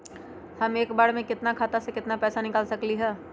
हम एक बार में अपना खाता से केतना पैसा निकाल सकली ह?